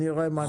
נראה מה נעשה.